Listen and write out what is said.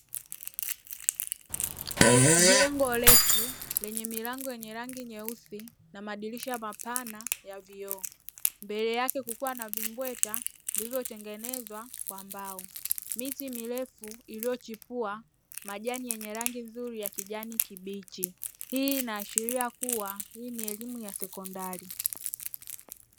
Jengo refu lenye milango yenye rangi nyeusi na madirisha mapana ya vioo, mbele yake kukiwa na vimbweta vilivyo tengenezwa kwa mbao, miti mirefu iliyo chipua majani yenye rangi nzuri ya kijani kibichi. Hii inaashiria kua hii ni elimu ya sekondari.